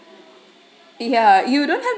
yeah you don't have